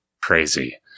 crazy